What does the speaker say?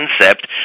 concept